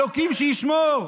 אלוקים שישמור,